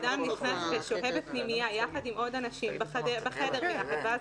בן-אדם נכנס ושוהה בפנימייה יחד עם עוד אנשים בחדר ביחד ואז